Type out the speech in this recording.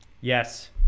Yes